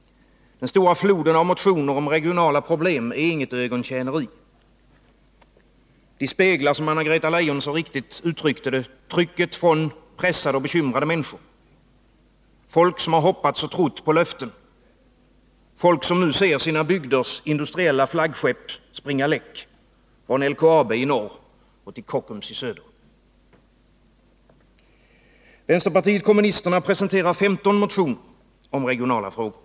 Den stora floden av motioner om regionala problem är inget ögontjäneri. De speglar, som Anna-Greta Leijon så riktigt uttryckte det, trycket från pressade bekymrade människor. Det gäller folk som har hoppats och trott på löften men som nu ser sina bygders industriella flaggskepp springa läck — från LKAB i norr till Kockums i söder. Vänsterpartiet kommunisterna presenterar 15 motioner om regionala frågor.